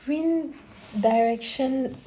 oo direction